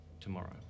tomorrow